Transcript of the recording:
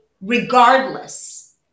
regardless